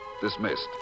dismissed